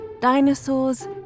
dinosaurs